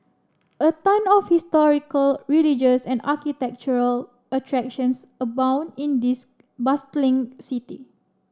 a ton of historical religious and architectural attractions abound in this bustling city